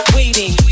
waiting